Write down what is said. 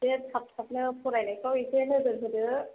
दे थाब थाबनो फरायनायखौ एसे नोजोर होदो